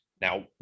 Now